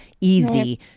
easy